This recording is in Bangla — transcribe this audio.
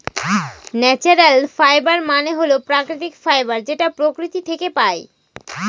ন্যাচারাল ফাইবার মানে হল প্রাকৃতিক ফাইবার যেটা প্রকৃতি থাকে পাই